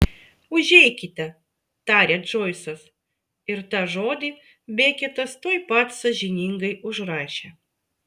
užeikite tarė džoisas ir tą žodį beketas tuoj pat sąžiningai užrašė